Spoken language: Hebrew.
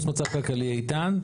פלוס מצב כלכלי איתן.